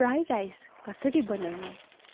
fry rice कसरी बनाउने